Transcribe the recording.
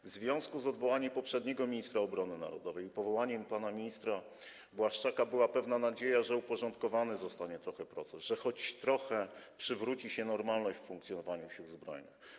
W związku z odwołaniem poprzedniego ministra obrony narodowej i powołaniem pana ministra Błaszczaka była pewna nadzieja, że uporządkowany zostanie trochę ten proces, że choć trochę przywróci się normalność w funkcjonowaniu Sił Zbrojnych.